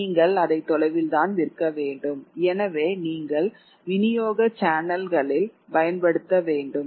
நீங்கள் அதை தொலைவில் தான் விற்க வேண்டும் எனவே நீங்கள் விநியோக சேனல்களில் பயன்படுத்த வேண்டும்